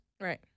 Right